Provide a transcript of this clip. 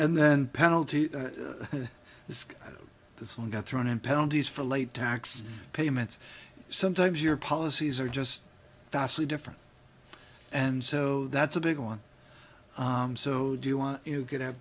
and then penalty risk this one got thrown in penalties for late tax payments sometimes your policies are just vastly different and so that's a big one so do you want you could have